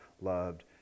loved